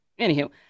anywho